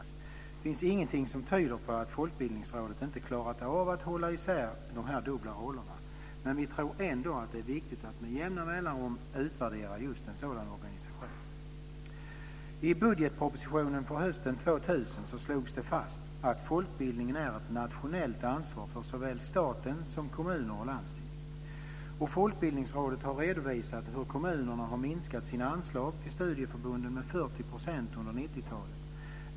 Det finns ingenting som tyder på att Folkbildningsrådet inte har klarat av att hålla isär de dubbla rollerna, men vi tror ändå att det är viktigt att med jämna mellanrum utvärdera just en sådan organisation. I budgetpropositionen från hösten 2000 slogs det fast att folkbildningen är ett nationellt ansvar för såväl staten som kommuner och landsting. Folkbildningsrådet har redovisat hur kommunerna har minskat sina anslag till studieförbunden med 40 % under 90 talet.